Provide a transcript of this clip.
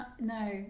no